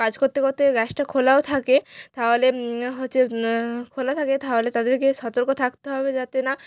কাজ করতে করতে গ্যাসটা খোলাও থাকে তাহলে হচ্ছে খোলা থাকে তাহলে তাদেরকে সতর্ক থাকতে হবে যাতে না